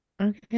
Okay